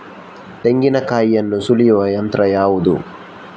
ತೆಂಗಿನಕಾಯಿಯನ್ನು ಸುಲಿಯುವ ಯಂತ್ರ ಯಾವುದು?